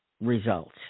results